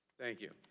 thank you.